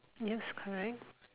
yes correct